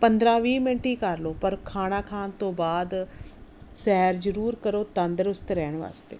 ਪੰਦਰਾਂ ਵੀਹ ਮਿੰਟ ਹੀ ਕਰ ਲਓ ਪਰ ਖਾਣਾ ਖਾਣ ਤੋਂ ਬਾਅਦ ਸੈਰ ਜ਼ਰੂਰ ਕਰੋ ਤੰਦਰੁਸਤ ਰਹਿਣ ਵਾਸਤੇ